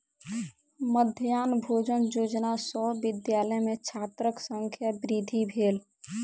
मध्याह्न भोजन योजना सॅ विद्यालय में छात्रक संख्या वृद्धि भेल